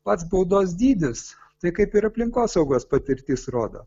pats baudos dydis tai kaip ir aplinkosaugos patirtis rodo